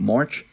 March